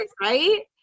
right